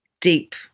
deep